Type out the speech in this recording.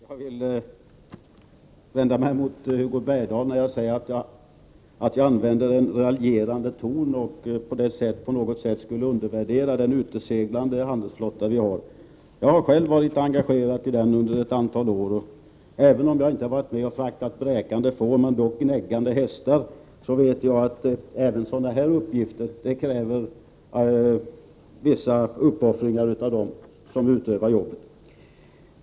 Herr talman! Jag vill vända mig mot Hugo Bergdahl, som säger att jag använder en raljerande ton och på något sätt skulle undervärdera den uteseglande handelsflotta vi har. Jag har själv varit engagerad i den under ett antal år. Även om jag inte har varit med om att frakta bräkande får — men dock gnäggande hästar — vet jag att även sådana här uppgifter kräver vissa uppoffringar av dem som utför jobbet.